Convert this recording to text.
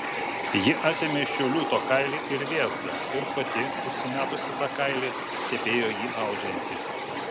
ji atėmė iš jo liūto kailį ir vėzdą ir pati užsimetusi tą kailį stebėjo jį audžiantį